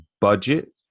budget